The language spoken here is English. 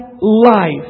life